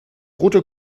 rote